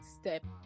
step